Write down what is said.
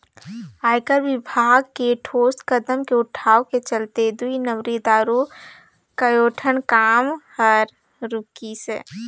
आयकर विभाग के ठोस कदम के उठाव के चलते दुई नंबरी दार कयोठन काम हर रूकिसे